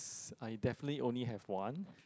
I definitely only have one